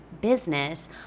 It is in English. business